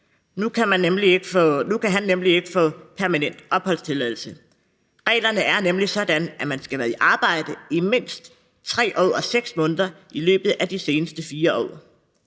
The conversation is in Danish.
Nu kan han ikke få permanent opholdstilladelse. Reglerne er nemlig sådan, at man skal være i arbejde i mindst 3 år og 6 måneder i løbet af de seneste 4 år,